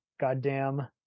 Goddamn